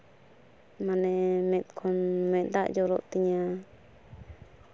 ᱢᱟᱱᱮ ᱢᱮᱫ ᱠᱷᱚᱱ ᱢᱮᱫ ᱫᱟᱜ ᱡᱚᱨᱚᱜ ᱛᱤᱧᱟᱹ